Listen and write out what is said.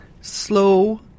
slow